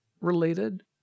related